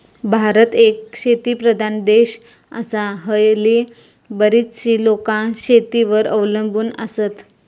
भारत एक शेतीप्रधान देश आसा, हयली बरीचशी लोकां शेतीवर अवलंबून आसत